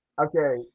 okay